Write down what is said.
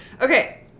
Okay